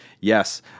Yes